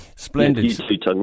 Splendid